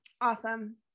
Awesome